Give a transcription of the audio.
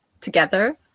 together